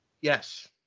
Yes